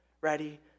ready